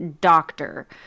doctor